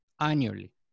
annually